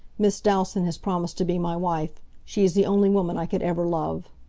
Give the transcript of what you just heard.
miss dalstan has promised to be my wife. she is the only woman i could ever love.